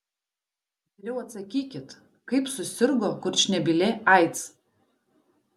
geriau atsakykit kaip susirgo kurčnebylė aids